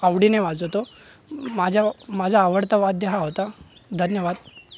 आवडीने वाजवतो माझ्या माझं आवडतं वाद्य हा होता धन्यवाद